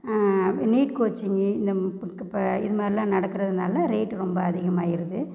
NEET கோச்சிங்கு இந்த மா இது மாதிரிலாம் நடக்கிறதுனால ரேட்டு ரொம்ப அதிகமாகிருது